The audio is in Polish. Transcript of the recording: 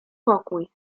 pokój